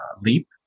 leap